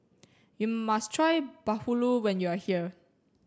you must try Bahulu when you are here